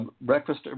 breakfast